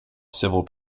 civil